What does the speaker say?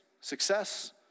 success